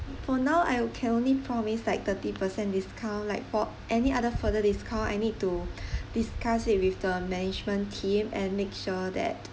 for now I can only promise like thirty percent discount like for any other further discount I need to discuss it with the management team and make sure that